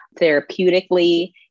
therapeutically